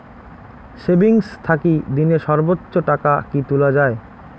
Savings থাকি দিনে সর্বোচ্চ টাকা কি তুলা য়ায়?